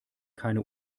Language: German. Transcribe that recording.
keine